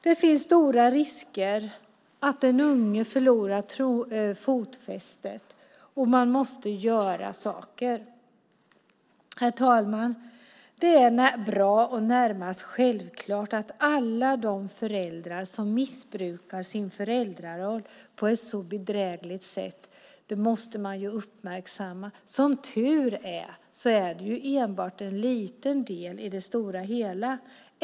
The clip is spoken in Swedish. Det finns stora risker för att den unge förlorar fotfästet, och man måste göra saker. Herr talman! Det är bra och närmast självklart att alla de föräldrar som missbrukar sin föräldraroll på ett så bedrägligt sätt måste uppmärksammas. Som tur är, är de bara en liten del av det totala antalet.